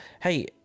hey